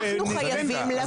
אנחנו חייבים לבוא לאסוף.